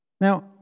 Now